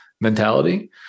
mentality